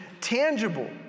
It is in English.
tangible